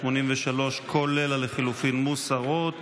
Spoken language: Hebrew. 83, כולל לחלופין, מוסרות.